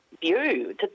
view